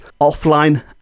offline